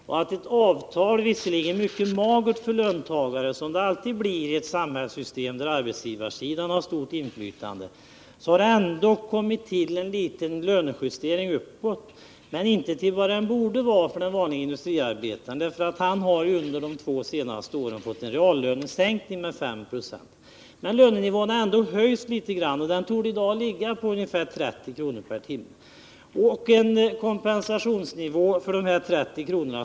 I avtalet — låt vara att det var mycket magert för löntagarna, som det alltid blir i ett samhällssystem där arbetsgivarsidan har stort inflytande — gjordes det en liten lönejustering uppåt, men inte till vad lönen borde vara för den vanlige industriarbetaren. Han har under de två senaste åren fått en reallönesänkning med 5 96. Men lönenivån har ändå höjts litet grand och torde i dag ligga på ungefär 30 kr. per timme. En kompensation för dessa 30 kr.